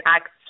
acts